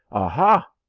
aha!